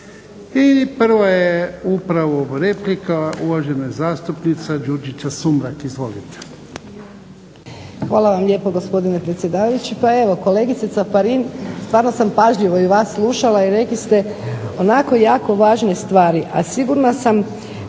I prava je upravo replika uvažena zastupnica Đurđica Sumrak. Izvolite.